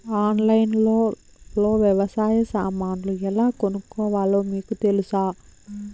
ఆన్లైన్లో లో వ్యవసాయ సామాన్లు ఎలా కొనుక్కోవాలో మీకు తెలుసా?